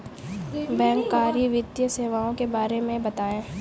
बैंककारी वित्तीय सेवाओं के बारे में बताएँ?